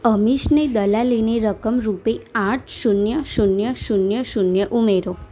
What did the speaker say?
અમીશને દલાલીની રકમ રૂપે આઠ શૂન્ય શૂન્ય શૂન્ય શૂન્ય ઉમેરો